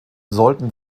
sollten